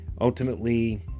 Ultimately